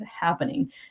happening